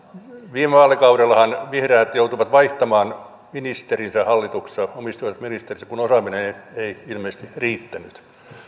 viime vaalikaudellahan vihreät joutuivat vaihtamaan ministerinsä hallituksessa omistajaohjausministerinsä kun osaaminen ei ilmeisesti riittänyt niin että